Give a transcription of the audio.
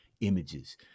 Images